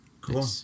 Cool